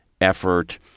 effort